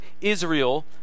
Israel